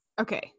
Okay